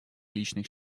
личных